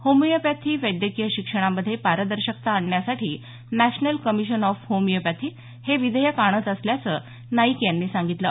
homeopathy वैद्यकीय शिक्षणामध्ये पारदर्शकता आणण्यासाठी नॅशनल कमिशन ऑफ होमिओपॅथी हे विधेयक आणत असल्याचं नाईक यांनी सांगितलं